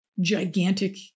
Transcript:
gigantic